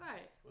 Right